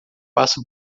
passa